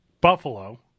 Buffalo